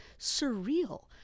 surreal